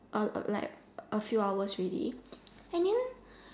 uh like a few hours already and then